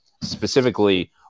specifically